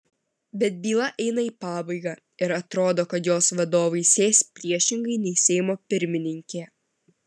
bet byla eina į pabaigą ir atrodo kad jos vadovai sės priešingai nei seimo pirmininkė